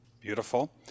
Beautiful